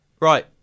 Right